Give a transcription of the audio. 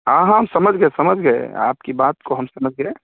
हाँ हाँ हम समझ गए समझ गए आपकी बात को हम समझ गए